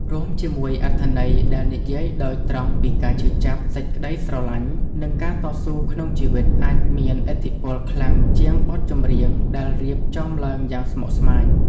រួមជាមួយអត្ថន័យដែលនិយាយដោយត្រង់ពីការឈឺចាប់ សេចក្តីស្រឡាញ់ និងការតស៊ូក្នុងជីវិត អាចមានឥទ្ធិពលខ្លាំងជាងបទចម្រៀងដែលរៀបចំឡើងយ៉ាងស្មុគស្មាញ។